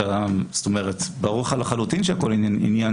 זאת אומרת ברור לך לחלוטין שהכול עניין